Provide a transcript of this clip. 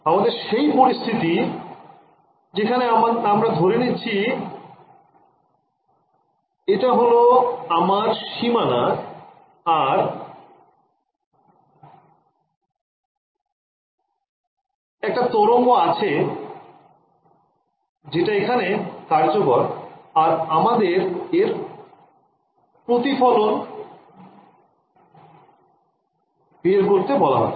আমাদের সেই পরিস্থিতি যেখানে আমরা ধরে নিচ্ছি এটা হল আমার সীমানা আর আমআর একটা তরঙ্গ আছে যেটা এখানে কার্যকর আর আমাদের এর প্রতিফলন বের করতে বলা হচ্ছে